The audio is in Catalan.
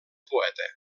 poeta